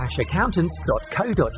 accountants.co.uk